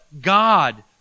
God